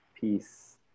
Peace